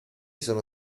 sono